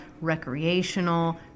recreational